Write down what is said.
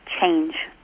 change